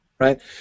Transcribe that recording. right